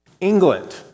England